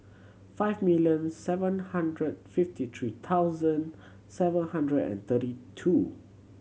five million seven hundred fifty three thousand seven hundred and thirty two